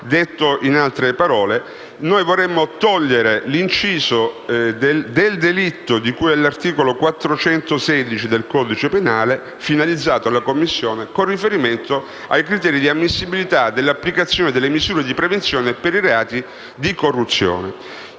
Detto in altre parole, vorremmo togliere l'inciso «del delitto di cui all'articolo 416 del codice penale, finalizzato alla commissione...» con riferimento ai criteri di ammissibilità dell'applicazione delle misure di prevenzione per i reati di corruzione.